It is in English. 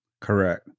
Correct